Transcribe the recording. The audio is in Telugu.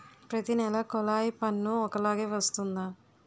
ప్రతి నెల కొల్లాయి పన్ను ఒకలాగే వస్తుందా?